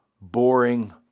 boring